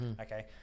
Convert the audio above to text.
okay